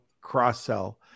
cross-sell